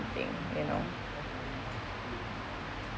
thing you know